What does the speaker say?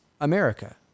America